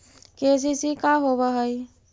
KCC का होव हइ?